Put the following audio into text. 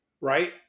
right